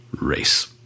race